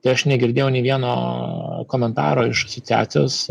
tai aš negirdėjau nei vieno komentaro iš asociacijos